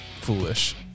foolish